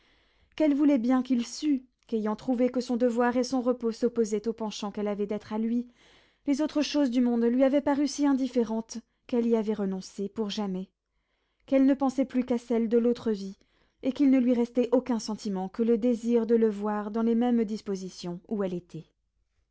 qu'elle voulait bien qu'il sût qu'ayant trouvé que son devoir et son repos s'opposaient au penchant qu'elle avait d'être à lui les autres choses du monde lui avaient paru si indifférentes qu'elle y avait renoncé pour jamais qu'elle ne pensait plus qu'à celles de l'autre vie et qu'il ne lui restait aucun sentiment que le désir de le voir dans les mêmes dispositions où elle était